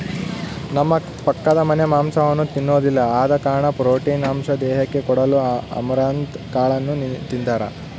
ನಮ್ಮ ಪಕ್ಕದಮನೆರು ಮಾಂಸವನ್ನ ತಿನ್ನೊದಿಲ್ಲ ಆದ ಕಾರಣ ಪ್ರೋಟೀನ್ ಅಂಶ ದೇಹಕ್ಕೆ ಕೊಡಲು ಅಮರಂತ್ ಕಾಳನ್ನು ತಿಂತಾರ